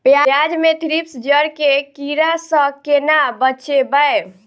प्याज मे थ्रिप्स जड़ केँ कीड़ा सँ केना बचेबै?